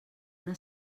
una